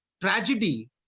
tragedy